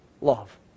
Love